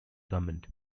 government